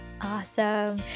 Awesome